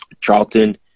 Charlton